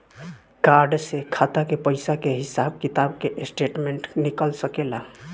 Card से खाता के पइसा के हिसाब किताब के स्टेटमेंट निकल सकेलऽ?